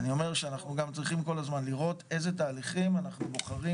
אנחנו גם צריכים כל הזמן לראות אילו תהליכים אנחנו בוחרים